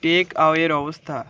টেকঅ্যাওয়ের অবস্থা